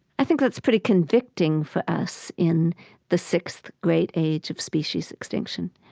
i think that's pretty convicting for us in the sixth great age of species extinction